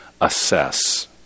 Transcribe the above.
assess